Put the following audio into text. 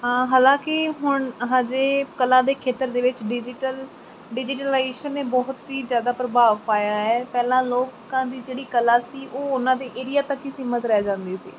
ਹਾਂ ਹਾਲਾਂਕੀ ਹੁਣ ਹਜੇ ਕਲਾ ਦੇ ਖੇਤਰ ਦੇ ਵਿੱਚ ਡਿਜੀਟਲ ਡਿਜੀਟਲਾਈਜੇਸ਼ਨ ਨੇ ਬਹੁਤ ਈ ਜ਼ਿਆਦਾ ਪ੍ਰਭਾਵ ਪਾਇਆ ਹੈ ਪਹਿਲਾਂ ਲੋਕਾਂ ਦੀ ਜਿਹੜੀ ਕਲਾ ਸੀ ਉਹ ਉਹਨਾਂ ਦੇ ਏਰੀਆ ਤੱਕ ਈ ਸੀਮਤ ਰਹਿ ਜਾਂਦੀ ਸੀ